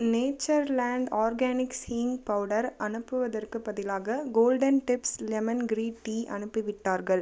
Natureland organics hing powder அனுப்புவதற்குப் பதிலாக golden tips lemon green tea அனுப்பிவிட்டார்கள்